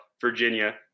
Virginia